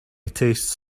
tastes